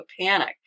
panic